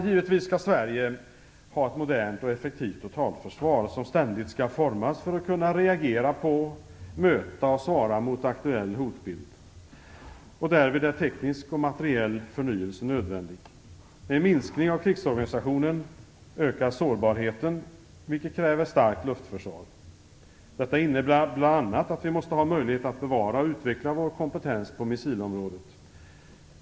Givetvis skall Sverige ha ett modernt och effektivt totalförsvar som ständigt skall utformas så att det kan reagera på, möta och svara mot aktuell hotbild. Därvid är teknisk och materiell förnyelse nödvändig. En minskning av krigsorganisationen ökar sårbarheten, vilket kräver starkt luftförsvar. Detta innebär bl.a. att vi måste ha möjlighet att bevara och utveckla vår kompetens på missilområdet.